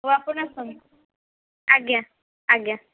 ହଉ ଆପଣ ଆସନ୍ତୁ ଆଜ୍ଞା ଆଜ୍ଞା